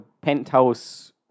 penthouse